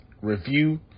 review